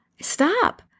stop